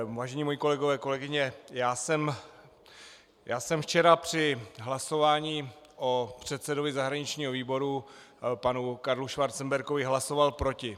Vážení moji kolegové, kolegyně, já jsem včera při hlasování o předsedovi zahraničního výboru panu Karlu Schwarzenbergovi hlasoval proti.